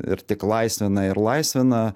ir tik laisvina ir laisvina